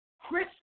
Chris